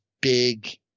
big